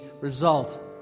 result